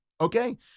Okay